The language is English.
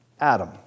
Adam